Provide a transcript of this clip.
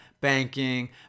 banking